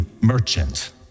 merchant